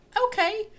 Okay